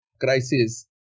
crisis